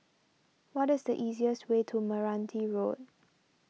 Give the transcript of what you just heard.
what is the easiest way to Meranti Road